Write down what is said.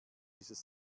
dieses